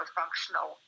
functional